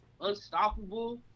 unstoppable